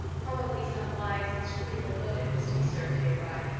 probably some wise, inscrutable motive was to be served thereby.